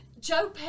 Joe